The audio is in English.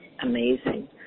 amazing